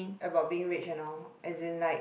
about being rich and all as in like